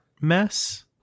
mess